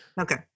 Okay